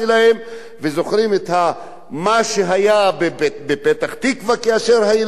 וזוכרים את מה שהיה בפתח-תקווה כאשר הילדים האתיופים,